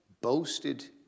boasted